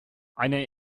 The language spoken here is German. eine